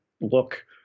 look